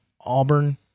Auburn